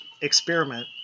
experiment